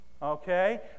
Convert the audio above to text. Okay